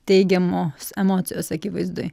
teigiamos emocijos akivaizdoj